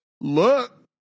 look